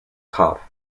cop